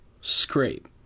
scrape